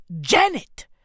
Janet